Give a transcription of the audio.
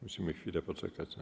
Musimy chwilę poczekać na